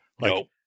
Nope